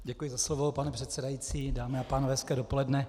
Děkuji za slovo, pane předsedající, dámy a pánové, hezké dopoledne.